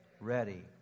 Ready